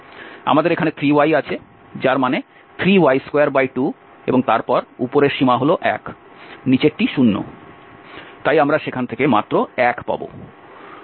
আমাদের এখানে 3 y আছে যার মানে 3y22 এবং তারপর উপরের সীমা হল 1 নিচেরটি 0 তাই আমরা সেখান থেকে মাত্র 1 পাব